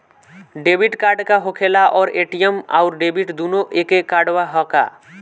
Debit card का होखेला और ए.टी.एम आउर डेबिट दुनों एके कार्डवा ह का?